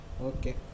Okay